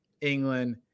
England